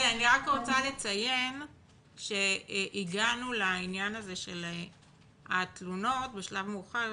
אני רוצה לציין שהגענו לעניין הזה של התלונות בשלב מאוחר יותר.